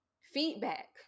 feedback